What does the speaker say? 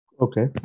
Okay